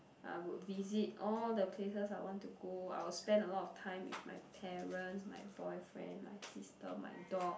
I would visit all the places I want to go I would spend a lot of time with my parents my boyfriend my sister my dog